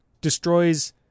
destroys